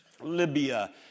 Libya